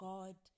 God